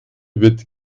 wird